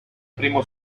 primo